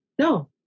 no